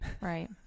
right